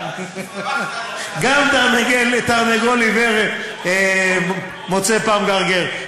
גם תרנגול עיוור מוצא פעם גרגר,